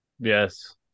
yes